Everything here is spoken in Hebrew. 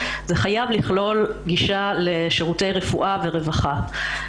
זה חייב לכלול גישה לשירותי רפואה ורווחה.